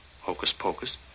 hocus-pocus